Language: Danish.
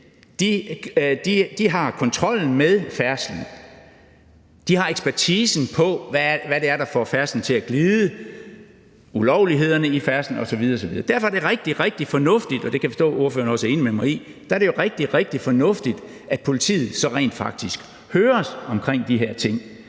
har kontrollen med færdslen, og de har ekspertisen, i forhold til hvad det er, der får færdslen til at glide, ulovlighederne i færdslen osv. osv. Derfor er det rigtig, rigtig fornuftigt – og det kan jeg forstå at ordføreren også er enig med mig i – at politiet så rent faktisk høres om de her ting.